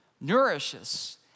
nourishes